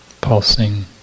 pulsing